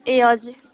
ए हजुर